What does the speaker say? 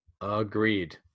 Agreed